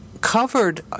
covered